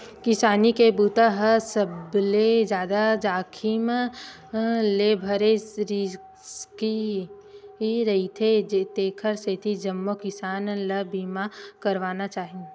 किसानी के बूता ह सबले जादा जाखिम ले भरे रिस्की रईथे तेखर सेती जम्मो किसान ल बीमा करवाना चाही